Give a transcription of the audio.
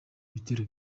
ibitero